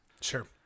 Sure